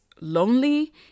lonely